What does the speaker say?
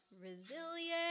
resilient